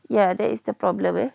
ya that is the problem eh